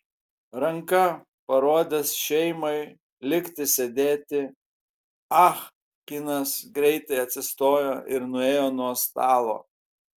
ranka parodęs šeimai likti sėdėti ah kinas greitai atsistojo ir nuėjo nuo stalo